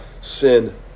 sin